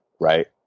Right